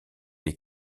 les